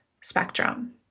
spectrum